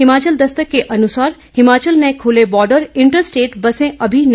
हिमाचल दस्तक के अनुसार हिमाचल ने खोले बार्डर इंटर स्टेट बसे अभी नहीं